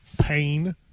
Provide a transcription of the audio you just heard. pain